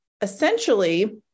essentially